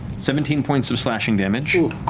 seventeen points of slashing damage.